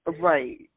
Right